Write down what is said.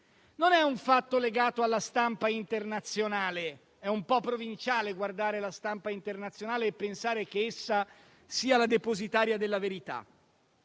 Non è un fatto legato alla stampa internazionale: è un po' provinciale guardare la stampa internazionale e pensare che essa sia la depositaria della verità.